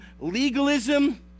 legalism